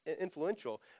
influential